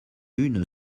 une